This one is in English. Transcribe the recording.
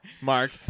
Mark